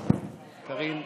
קארין,